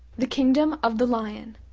the kingdom of the lion